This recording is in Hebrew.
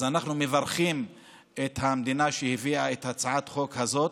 אז אנחנו מברכים את המדינה שהביאה את הצעת החוק הזאת.